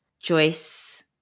Joyce